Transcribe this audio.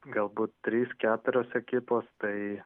galbūt trys keturios ekipos tai